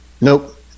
nope